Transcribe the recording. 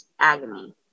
agony